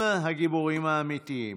הם הגיבורים האמיתיים.